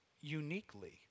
uniquely